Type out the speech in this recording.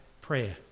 prayer